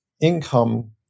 income